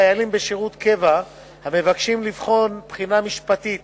חיילים בשירות קבע המבקשים לבחון בחינה משפטית